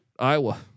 Iowa